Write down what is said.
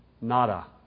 Nada